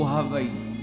Hawaii